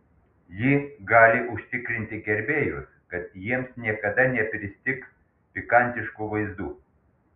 ji gali užtikrinti gerbėjus kad jiems niekada nepristigs pikantiškų vaizdų